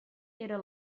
era